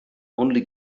only